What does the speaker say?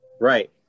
Right